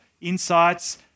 insights